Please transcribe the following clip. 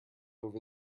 over